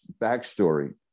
backstory